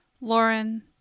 Lauren